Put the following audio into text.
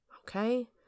Okay